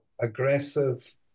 aggressive